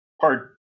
Pardon